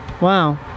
Wow